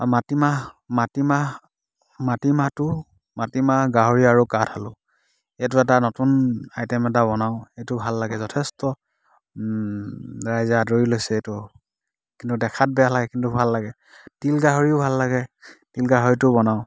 আৰু মাটিমাহ মাটিমাহ মাটি মাহটো মাটিমাহ গাহৰি আৰু কাঠ আলু এইটো এটা নতুন আইটেম এটা বনাওঁ এইটো ভাল লাগে যথেষ্ট ৰাইজে আদৰি লৈছে এইটো কিন্তু দেখাত বেয়া লাগে কিন্তু ভাল লাগে তিল গাহৰিও ভাল লাগে তিল গাহৰিটো বনাওঁ